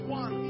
one